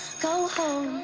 go home